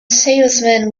salesman